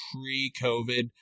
pre-COVID